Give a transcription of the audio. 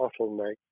bottleneck